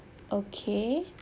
okay